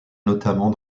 notamment